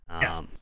Yes